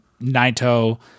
naito